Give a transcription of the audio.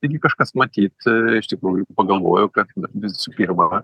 taigi kažkas matyt iš tikrųjų pagalvojo kad visų pirma